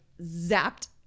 zapped